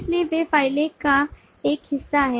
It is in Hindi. इसलिए वे फ़ाइल का एक हिस्सा हैं